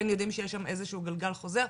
אנחנו כן יודעים שיש שם איזשהו גלגל חוזר,